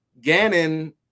Gannon